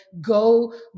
go